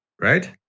right